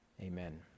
amen